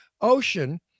ocean